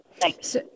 Thanks